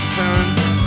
parents